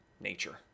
nature